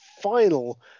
final